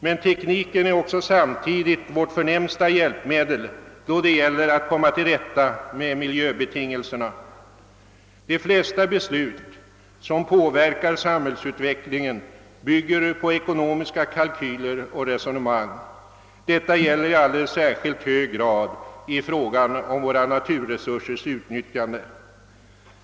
Men tekniken är också samtidigt vårt förnämsta hjälpmedel då det gäller att komma till rätta med miljöbetingelserna. De flesta beslut som påverkar samhällsutvecklingen bygger på ekonomiska kalkyler och resonemang. Detta gäller i alldeles särskilt hög grad i fråga om våra naturresursers utnyttjande.